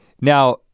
Now